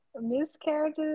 miscarriages